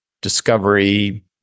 discovery